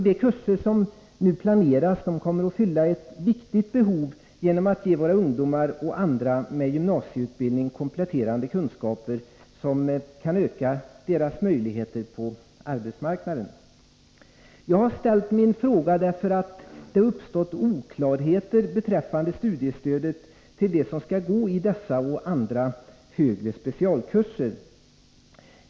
De kurser som nu planeras kommer att fylla ett viktigt behov genom att de ger våra ungdomar och andra med gymnasieutbildning kompletterande kunskaper som kan öka deras möjligheter på arbetsmarknaden. Jag har ställt min fråga därför att det har uppstått oklarheter beträffande studiestödet till dem som skall gå dessa och andra högre specialkurser.